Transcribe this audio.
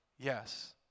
Yes